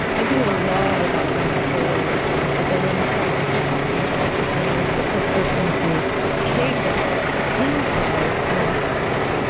i do a lot of diving in the polar regions, but the one project you're talking about was when i was the first person to cave dive inside an iceberg.